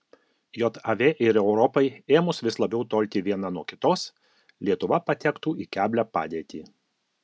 jav ir europai ėmus vis labiau tolti viena nuo kitos lietuva patektų į keblią padėtį